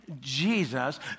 Jesus